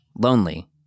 lonely